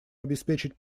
обеспечить